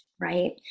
right